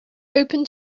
open